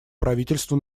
правительству